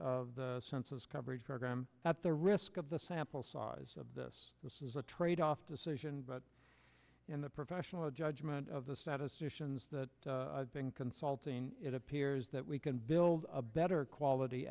of the census coverage program at the risk of the sample size of this this is a trade off decision but in the professional judgment of the statisticians that i think consulting it appears that we can build a better quality